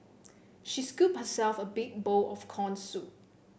she scooped herself a big bowl of corn soup